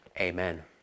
Amen